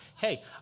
hey